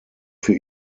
für